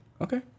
Okay